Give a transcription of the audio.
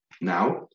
now